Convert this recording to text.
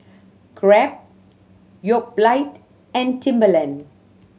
Grab Yoplait and Timberland